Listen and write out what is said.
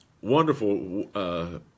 wonderful